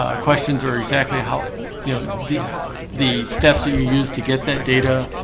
ah questions or exactly how you know the the steps that you use to get that data?